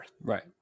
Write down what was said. Right